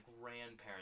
grandparents